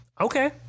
Okay